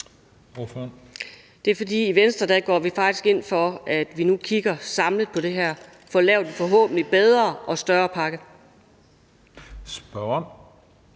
Det er, fordi vi i Venstre faktisk går ind for, at vi nu kigger samlet på det her og får lavet en forhåbentlig bedre og større pakke. Kl.